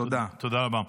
תודה רבה.